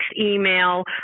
email